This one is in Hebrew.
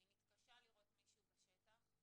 אני מתקשה לראות מישהו בשטח,